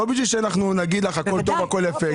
הגעת לוועדת כספים לא בשביל שנגיד לך שהכול טוב והכול יפה.